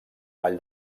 vall